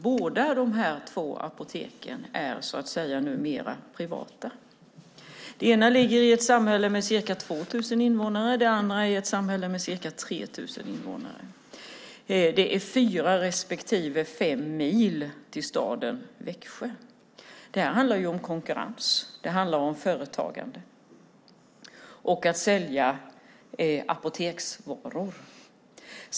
Båda apoteken är numera så att säga privata. Det ena ligger i ett samhälle med ca 2 000 invånare, det andra i ett samhälle med ca 3 000 invånare. Det är fyra respektive fem mil till staden Växjö. Det här handlar om konkurrens, företagande och om att sälja apoteksvaror.